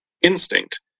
instinct